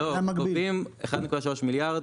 גובים 1.3 מיליארד,